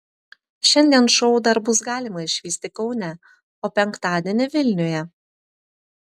šiandien šou dar bus galima išvysti kaune o penktadienį vilniuje